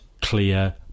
clear